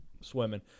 swimming